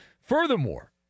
furthermore